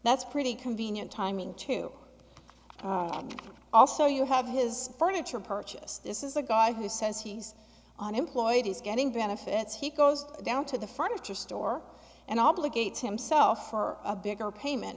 that's pretty convenient timing to also you have his furniture purchase this is a guy who says he's unemployed he's getting benefits he goes down to the furniture store and obligates himself for a big payment